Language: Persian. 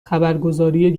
خبرگزاری